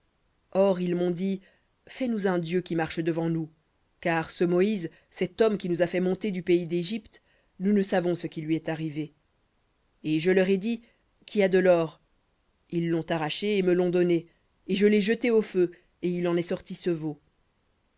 or ils m'ont dit fais-nous un dieu qui marche devant nous car ce moïse cet homme qui nous a fait monter du pays d'égypte nous ne savons ce qui lui est arrivé et je leur ai dit qui a de l'or ils l'ont arraché et me l'ont donné et je